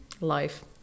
life